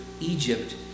Egypt